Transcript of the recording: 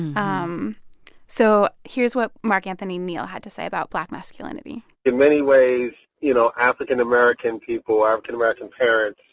um so here's what mark anthony neal had to say about black masculinity in many ways, you know, african-american people african-american parents